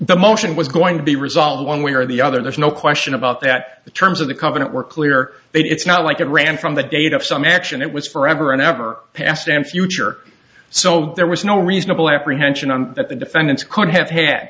the motion was going to be resolved one way or the other there's no question about that the terms of the covenant were clear they'd it's not like it ran from the date of some action it was forever and ever past and future so there was no reasonable apprehension on that the defendants could have had